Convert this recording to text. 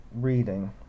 reading